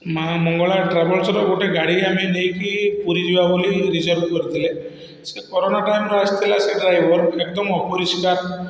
ମା ମଙ୍ଗଳା ଟ୍ରାଭେଲସର ଗୋଟେ ଗାଡ଼ି ଆମେ ନେଇକି ପୁରୀ ଯିବା ବୋଲି ରିଜର୍ଭ କରିଥିଲେ ସେ କରୋନା ଟାଇମରେ ଆସିଥିଲା ସେ ଡ୍ରାଇଭର ଏକଦମ ଅପରିଷ୍କାର